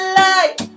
light